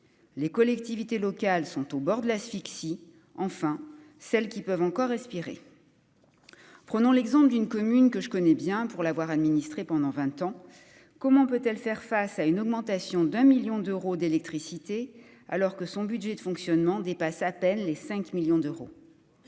les collectivités locales sont au bord de l'asphyxie, enfin celles qui peuvent encore espérer, prenons l'exemple d'une commune que je connais bien pour l'avoir administré pendant 20 ans, comment peut-elle faire face à une augmentation d'un 1000000 d'euros d'électricité alors que son budget de fonctionnement dépasse à peine les 5 millions d'euros,